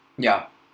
yeah